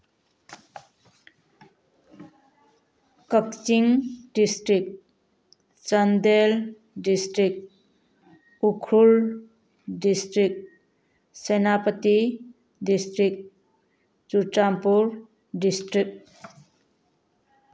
Kakching district Chandel district Ukhrul district Senapati district Churachandpur district